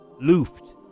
Luft